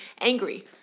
angry